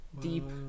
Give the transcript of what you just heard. Deep